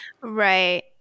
right